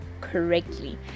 correctly